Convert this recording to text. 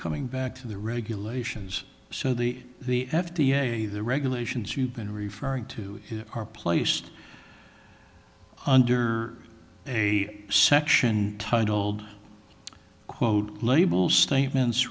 coming back to the regulations so the the f d a the regulations you've been referring to are placed under a section titled quote labels statements